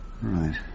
Right